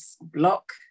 block